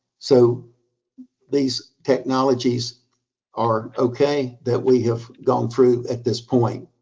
so these technologies are okay that we have gone through at this point.